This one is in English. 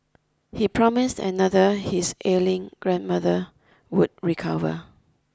he promised another his illing grandmother would recover